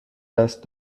دست